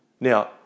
Now